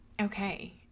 okay